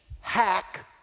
hack